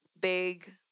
Big